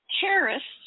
terrorists